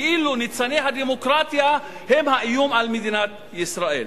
כאילו ניצני הדמוקרטיה הם האיום על מדינת ישראל.